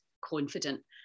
confident